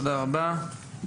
תודה רבה.